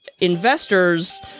investors